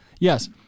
Yes